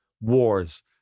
wars